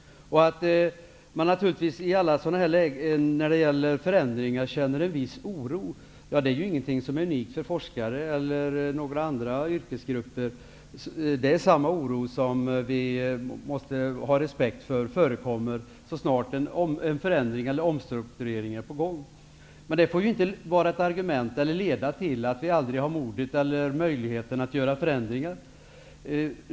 I alla lägen när det sker förändringar känner man naturligtvis en viss oro. Det är ju ingenting som är unikt för forskare eller några andra yrkesgrupper. Det är samma oro, som vi måste ha respekt för, som förekommer så snart en förändring eller omstrukturering är på gång, men det får ju inte vara ett argument eller leda till att vi aldrig har modet eller möjligheten att göra förändringar.